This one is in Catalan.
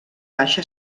baixa